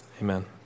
amen